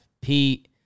Pete